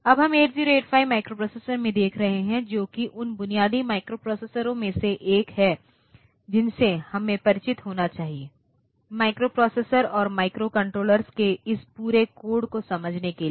अब हम 8085 माइक्रोप्रोसेसर में देख रहे हैं जो कि उन बुनियादी माइक्रोप्रोसेसरों में से एक है जिनसे हमें परिचित होना चाहिए माइक्रोप्रोसेसर और माइक्रोकंट्रोलर्स के इस पूरे कोड को समझने के लिए